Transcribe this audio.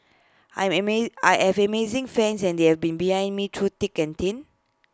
I'm amaze I have amazing fans and they've been behind me through thick and thin